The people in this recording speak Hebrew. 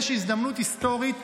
יש הזדמנות היסטורית,